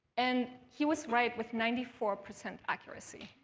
and he was right with ninety four percent accuracy.